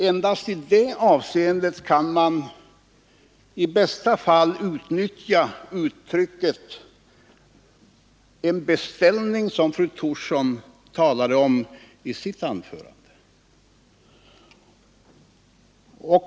Endast i det avseendet kan man i bästa fall utnyttja uttrycket ”en beställning”, som fru Thorsson använde i sitt anförande.